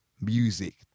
music